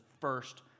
first